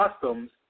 customs